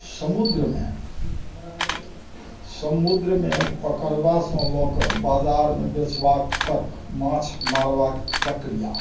समुद्रमे समुद्रमे पकड़बासँ लअ कऽ बाजारमे बेचबा तक माछ मारबाक प्रक्रिया